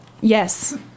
Yes